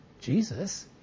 Jesus